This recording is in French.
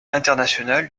international